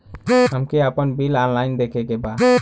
हमे आपन bill online देखे के बा?